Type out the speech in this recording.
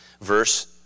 verse